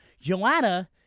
Joanna